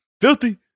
Filthy